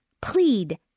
plead